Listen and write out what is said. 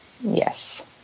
Yes